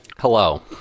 Hello